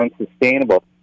unsustainable